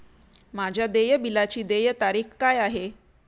माझ्या देय बिलाची देय तारीख काय आहे?